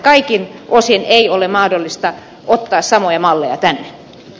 kaikin osin ei ole mahdollista ottaa samoja malleja e